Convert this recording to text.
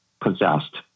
possessed